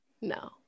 No